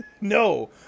No